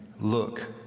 look